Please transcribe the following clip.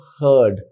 heard